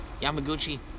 Yamaguchi